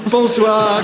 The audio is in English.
Bonsoir